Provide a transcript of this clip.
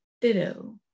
Ditto